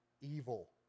evil